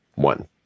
one